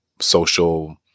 social